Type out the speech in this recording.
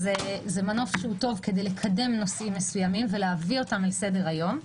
זה מנוף שהוא טוב כדי לקדם נושאים מסוימים ולהביא אותם אל סדר-היום,